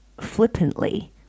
flippantly